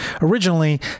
originally